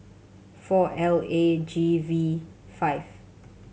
four L A G V five